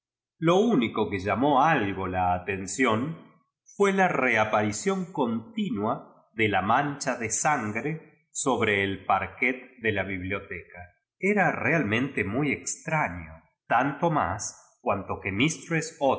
lo único que llamó algo ja atención fué la reaparición continua de la mancha de san gre sobre el parquet de la biblioteca era realmente muy extraño tanto más cuanto que